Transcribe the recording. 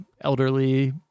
elderly